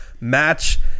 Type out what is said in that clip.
match